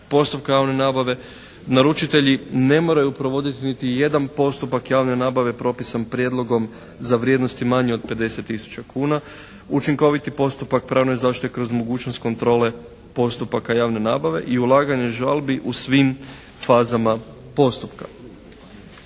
postupka javne nabave, naručitelji ne moraju provoditi niti jedan postupak javne nabave propisan prijedlogom za vrijednosti manje od 50 tisuća kuna, učinkoviti postupak pravne zaštite kroz mogućnost kontrole postupaka javne nabave i ulaganja žalbi u svim fazama postupka.